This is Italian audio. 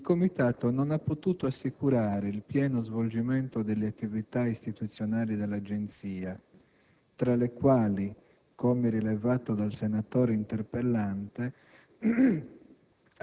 il comitato non ha potuto assicurare il pieno svolgimento delle attività istituzionali dell'Agenzia, tra le quali - come rilevato dal senatore interpellante